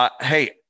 hey